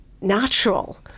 natural